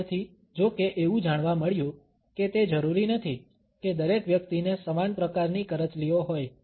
પાછળથી જો કે એવું જાણવા મળ્યું કે તે જરૂરી નથી કે દરેક વ્યક્તિને સમાન પ્રકારની કરચલીઓ હોય